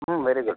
very good